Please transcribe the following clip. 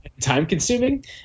time-consuming